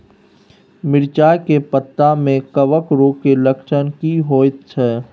मिर्चाय के पत्ता में कवक रोग के लक्षण की होयत छै?